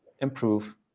improve